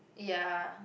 ya